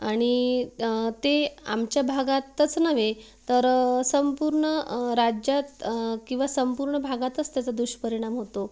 आणि ते आमच्या भागातच नव्हे तर संपूर्ण राज्यात किंवा संपूर्ण भागातच त्याचा दुष्परिणाम होतो